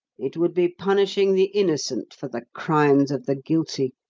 it would be punishing the innocent for the crimes of the guilty.